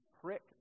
prick